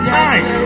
time